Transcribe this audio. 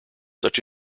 such